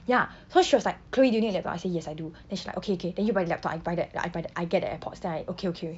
ya so she was like chloe do you need a laptop I say yes I do then she like okay okay then you buy the laptop I buy the I buy the I get the AirPods then I okay okay